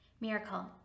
miracle